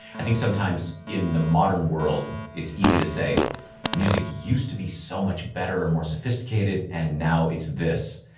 i think sometimes in the modern world it's easy to say music used to be so much better, more sophisticated and now it's this.